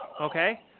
Okay